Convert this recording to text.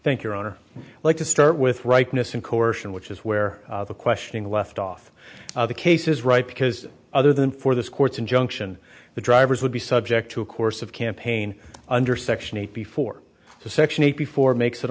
think your honor like to start with rightness and coercion which is where the questioning left off the case is right because other than for the court's injunction the drivers would be subject to a course of campaign under section eight before section eight before makes it